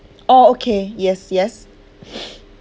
orh okay yes yes